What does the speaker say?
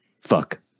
fuck